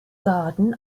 garden